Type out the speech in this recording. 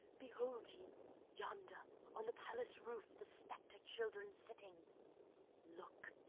behold ye yonder on the palace roof the spectre-children sitting look,